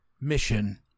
mission